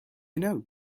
know